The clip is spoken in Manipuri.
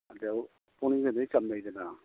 ꯄꯨꯛꯅꯤꯡꯗ ꯂꯣꯏ ꯆꯝꯅꯩꯗꯅ